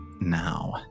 now